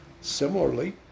Similarly